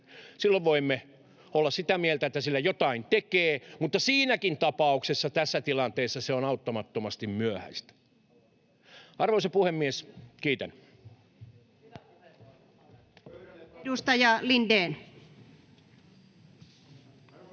silloin voimme olla sitä mieltä, että sillä jotain tekee. Mutta siinäkin tapauksessa tässä tilanteessa se on auttamattomasti myöhäistä. Arvoisa puhemies! Kiitän.